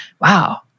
wow